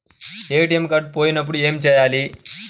ATM card పోయినప్పుడు ఏమి చేయాలి?